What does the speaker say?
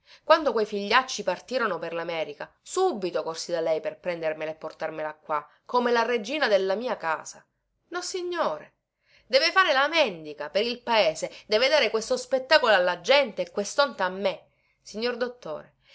quando quei figliacci partirono per lamerica subito corsi da lei per prendermela e portarmela qua come la regina della mia casa nossignore deve far la mendica per il paese deve dare questo spettacolo alla gente e questonta a me signor dottore